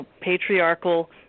patriarchal